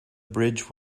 bridge